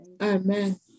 Amen